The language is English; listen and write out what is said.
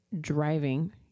driving